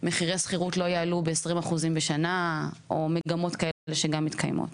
מחירי השכירות לא יעלו ב-20% בשנה או מגמות כאלה שגם מתקיימות.